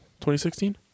2016